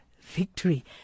victory